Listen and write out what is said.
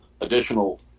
additional